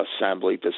assembly